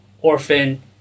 orphan